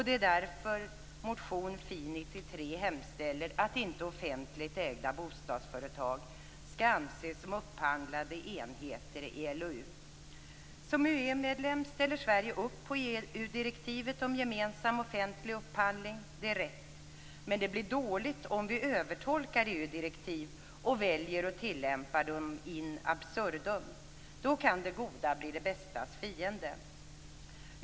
Det är därför motion Fi 93 hemställer att offentligt ägda bostadsföretag inte skall anses som upphandlade enheter i LOU. Som EU-medlem ställer Sverige upp på EU direktivet om gemensam offentlig upphandling. Det är rätt. Men det blir dåligt om vi övertolkar EU-direktiv och väljer att tillämpa dem in absurdum. Då kan det goda bli det bästas fiende.